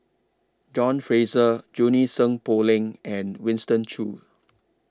John Fraser Junie Sng Poh Leng and Winston Choos